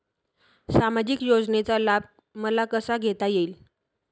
सामाजिक योजनेचा लाभ मला कसा घेता येईल?